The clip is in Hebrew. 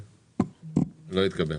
אתמול,